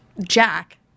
Jack